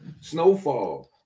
Snowfall